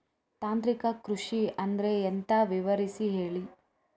ತಾಂತ್ರಿಕ ಕೃಷಿ ಅಂದ್ರೆ ಎಂತ ವಿವರಿಸಿ ಹೇಳಿ